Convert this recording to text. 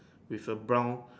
with the brown